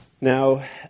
Now